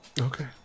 Okay